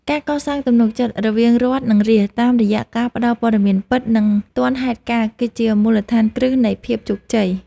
ការកសាងទំនុកចិត្តរវាងរដ្ឋ និងរាស្ត្រតាមរយៈការផ្តល់ព័ត៌មានពិត និងទាន់ហេតុការណ៍គឺជាមូលដ្ឋានគ្រឹះនៃភាពជោគជ័យ។